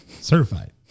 certified